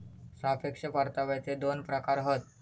सापेक्ष परताव्याचे दोन प्रकार हत